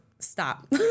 stop